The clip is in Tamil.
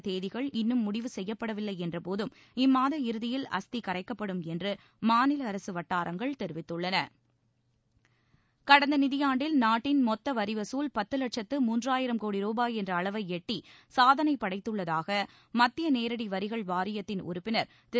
இதற்கான தேதிகள் இன்னும் முடிவு செய்யப்படவில்லை என்றபோதும் இம்மாத இறுதியில் அஸ்தி கரைக்கப்படும் என்று மாநில அரசு வட்டாரங்கள் தெரிவித்துள்ளன கடந்த நிதியாண்டில் நாட்டின் மொத்த வரி வசூல் பத்து லட்சத்து மூன்றாயிரும் கோடி ரூபாய் என்ற அளவை எட்டி சாதனை படைத்துள்ளதாக மத்திய நேரடி வரிகள் வாரியத்தின் உறுப்பினர் திரு